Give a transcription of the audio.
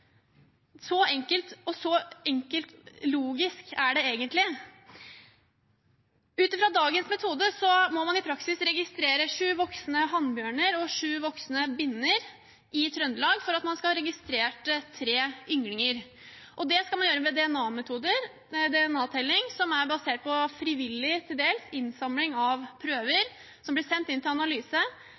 Så enkelt og så logisk er det egentlig. Ut fra dagens metode må man i praksis registrere sju voksne hannbjørner og sju voksne binner i Trøndelag for at man skal få registrert tre ynglinger. Og det skal man gjøre med DNA-telling som er basert på til dels frivillig innsamling av prøver, som blir sendt inn til analyse.